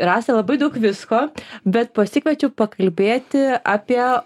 rasa labai daug visko bet pasikviečiau pakalbėti apie